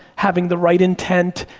having the right intent,